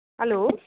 hello